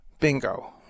Bingo